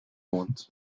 bond